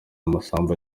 masamba